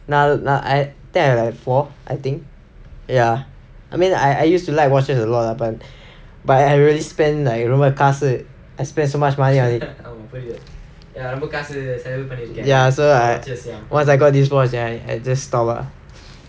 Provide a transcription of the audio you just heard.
நால் நா:naal naa I think I got four I think ya I mean I I used to like watches a lot lah but but I really spend like ரொம்ப காசு:romba kaasu I spend so much money on it ya so once I got this watch then I I just stop ah